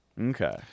okay